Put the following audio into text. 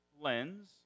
lens